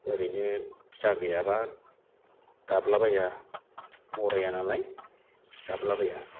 ओरैनो फिसा गैयाब्ला गाबलाबाया बरायनालाय गाबलाबाया